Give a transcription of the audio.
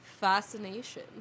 fascination